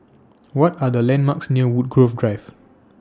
What Are The landmarks near Woodgrove Drive